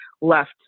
left